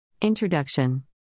Introduction